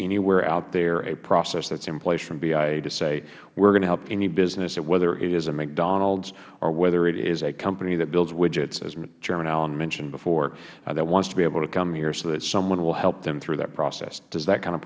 anywhere out there a process that's in place from bia to say we are going help any business whether it is a mcdonald's or whether it is a company that builds widgets as chairman allen mentioned before that wants to be able to come here so that someone will help them through that process does that kind of